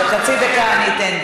אבל חצי דקה אני אתן,